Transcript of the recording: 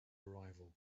arrival